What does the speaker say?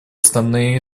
основные